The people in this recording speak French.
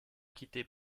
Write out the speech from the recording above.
quitté